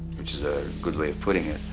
which is a good way of putting it.